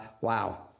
wow